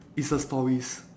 is uh stories